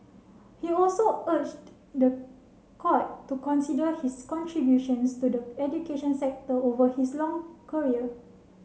he also urged the court to consider his contributions to the education sector over his long career